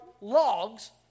logs